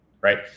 right